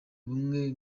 ubumwe